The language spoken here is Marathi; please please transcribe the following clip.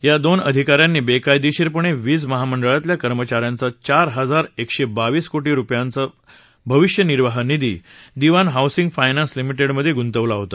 या दोन अधिका यांनी बक्रीयदक्षीरपण वीज महामंडळाल्या कर्मचा यांचा चार हजार एकश ब्रावीस कोटी रुपयांचा भविष्यनिर्वाह निधी दिवान हाऊसिंग फायनान्स लिमिटक्सिध गुतवला होता